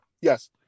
Yes